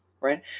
right